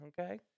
okay